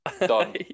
Done